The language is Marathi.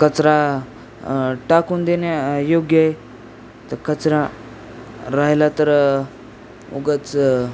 कचरा टाकून देणे योग्य आहे तर कचरा राहिला तर उगाच